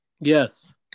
Yes